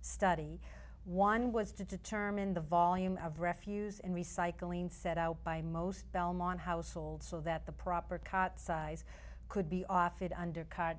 study one was to determine the volume of refuse and recycling set out by most belmont households so that the proper cot size could be offered under c